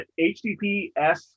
https